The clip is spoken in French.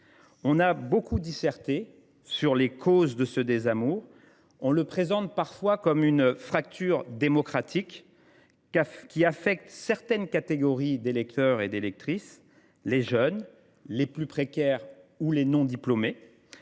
On a beaucoup disserté sur les causes de ce désamour. On le présente parfois comme une « fracture démocratique » affectant certaines catégories d’électeurs et électrices : les jeunes, les plus précaires, ou encore les non diplômés.